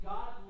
God